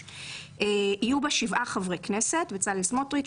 יהיו שבעה חברי כנסת: בצלאל סמוטריץ',